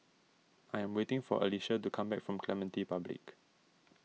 I am waiting for Alysha to come back from Clementi Public